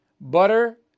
Butter